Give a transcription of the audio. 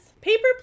paper